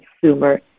consumer